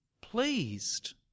pleased